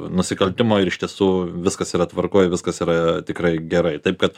nusikaltimo ir iš tiesų viskas yra tvarkoj viskas yra tikrai gerai taip kad